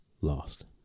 lost